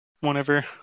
Whenever